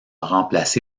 remplacé